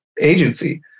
agency